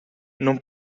non